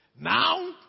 Now